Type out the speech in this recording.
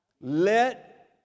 Let